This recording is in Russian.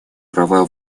права